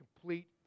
complete